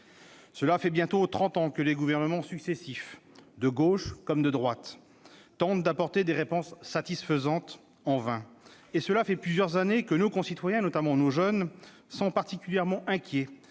Cela fait bientôt trente ans que les gouvernements successifs, de gauche comme de droite, tentent d'apporter des réponses satisfaisantes- en vain ! Et cela fait plusieurs années que nos concitoyens, notamment les jeunes, sont particulièrement inquiets